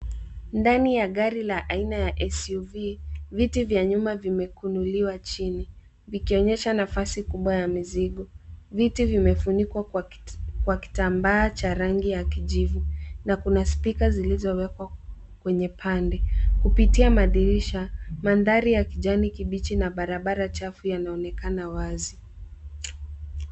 Ndani ya gari la aina ya SUV, viti vya nyuma vimekunuliwa chini, vikionyesha nafasi kubwa ya mizigo, viti vimefunikwa kwa kitambaa cha rangi ya kijivu, na kuna spika zilizowekwa kwenye pande, kupitia madirisha, mandhari ya kijani kibichi na barabara chafu yanaonekana wazi.